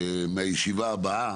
מהישיבה הבאה,